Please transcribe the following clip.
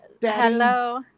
Hello